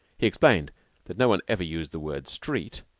he explained that no one ever used the word street,